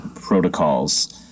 protocols